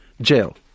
jail